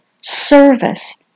service